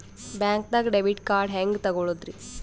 ಬ್ಯಾಂಕ್ದಾಗ debit card ಹೆಂಗ್ ತಗೊಳದ್ರಿ?